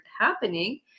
happening